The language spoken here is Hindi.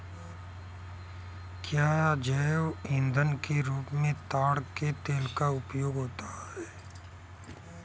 क्या जैव ईंधन के रूप में ताड़ के तेल का उपयोग होता है?